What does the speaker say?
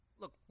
Look